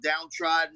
downtrodden